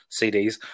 CDs